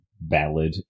ballad